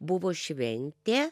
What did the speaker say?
buvo šventė